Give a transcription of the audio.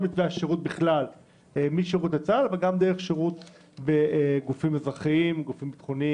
בכלל וגם דרך שירות בגופים שאינם